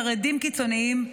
חרדים קיצוניים,